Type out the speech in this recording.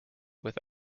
with